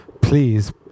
please